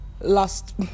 last